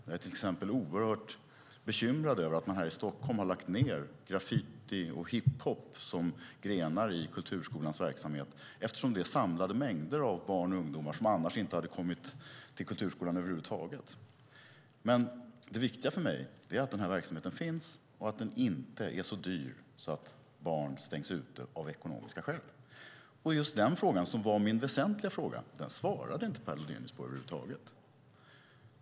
Jag är till exempel oerhört bekymrad över att man här i Stockholm har lagt ned graffiti och hiphop som grenar i kulturskolans verksamhet. Det samlade mängder av barn och ungdomar som annars inte hade kommit till kulturskolan över huvud taget. Det viktiga för mig är att verksamheten finns och att den inte är så dyr att barn stängs ute av ekonomiska skäl. Den fråga som var min väsentliga fråga svarade inte Per Lodenius över huvud taget på.